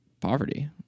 poverty